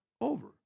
over